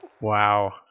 Wow